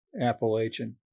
Appalachian